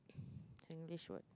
Singlish word